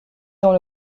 dans